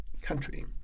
country